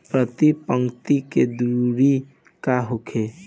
प्रति पंक्ति के दूरी का होखे?